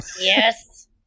Yes